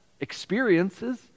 experiences